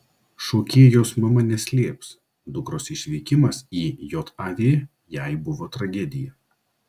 šokėjos mama neslėps dukros išvykimas į jav jai buvo tragedija